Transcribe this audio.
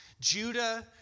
Judah